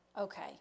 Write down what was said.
Okay